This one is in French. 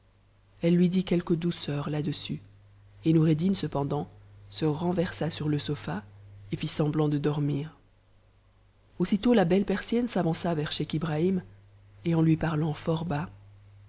elle lui dit quelques douceurs là-dessus et noureddin cependant se renversa sur le sofa et fit semblant de dormit aussitôt la belle persienne s'avança vers scheich ibrahim et en lui parlant tort